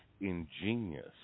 ingenious